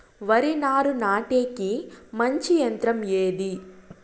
వరి నారు నాటేకి మంచి యంత్రం ఏది?